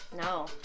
No